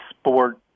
sport